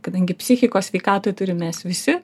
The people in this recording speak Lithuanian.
kadangi psichikos sveikatą turim mes visi